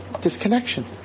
Disconnection